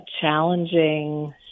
challenging